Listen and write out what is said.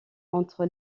entre